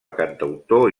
cantautor